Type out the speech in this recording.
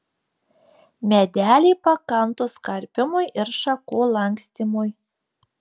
medeliai pakantūs karpymui ir šakų lankstymui